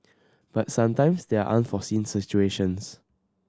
but sometimes there are unforeseen situations